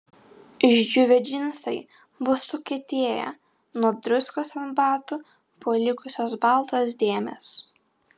išdžiūvę džinsai buvo sukietėję nuo druskos ant batų buvo likusios baltos dėmės